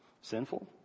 sinful